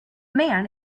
man